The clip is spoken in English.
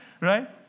Right